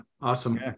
Awesome